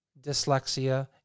dyslexia